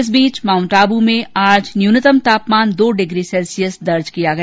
इस बीच माउंट आबू में आज न्यूनतम तापमान दो डिग्री सैल्सियस दर्ज किया गया